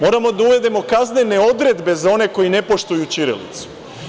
Moramo da uvedemo kaznene odredbe za one koji ne poštuju ćirilicu.